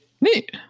Neat